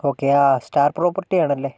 ഒക്കെ യാ star property ആണല്ലേ